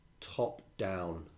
Top-down